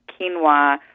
quinoa